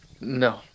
No